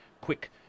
quick